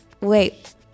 wait